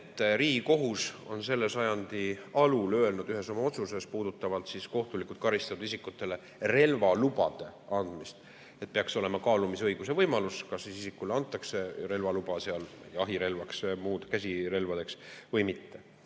Riigikohus on selle sajandi alul öelnud ühes oma otsuses, mis puudutas kohtulikult karistatud isikutele relvalubade andmist, et peaks olema kaalumisõiguse võimalus, kas isikule antakse relvaluba jahirelvaks, muudeks käsirelvadeks või mitte.